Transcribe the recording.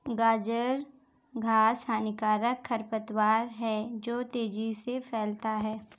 गाजर घास हानिकारक खरपतवार है जो तेजी से फैलता है